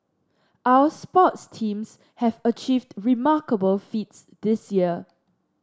our sports teams have achieved remarkable feats this year